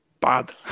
bad